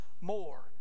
more